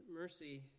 mercy